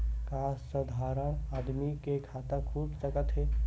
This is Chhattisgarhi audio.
का साधारण आदमी के खाता खुल सकत हे?